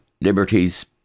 liberties